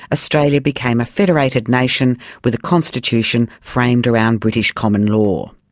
australia became a federated nation with a constitution framed around british common law.